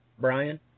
Brian